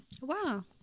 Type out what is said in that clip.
Wow